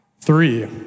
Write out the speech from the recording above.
Three